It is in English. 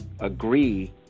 agree